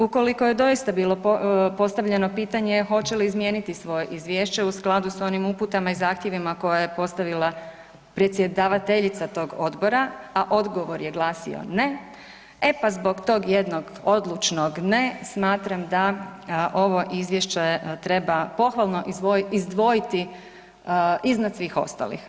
Ukoliko je doista bilo postavljeno pitanje hoće li izmijeniti svoje izvješće u skladu s onim uputama i zahtjevima koje je postavila predsjedavateljica tog odbora, a odgovor je glasio ne, e pa zbog tog jednog odlučnog ne, smatram da ovo izvješće treba pohvalno izdvojiti iznad svih ostalih.